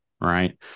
right